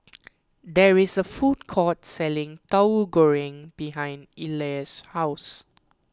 there is a food court selling Tahu Goreng behind Ellar's house